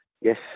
Yes